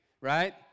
right